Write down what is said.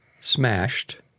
smashed